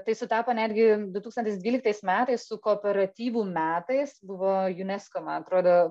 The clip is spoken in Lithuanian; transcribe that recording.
tai sutapo netgi du tūkstantis dvyliktais metais su kooperatyvų metais buvo unesco man atrodo